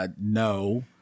no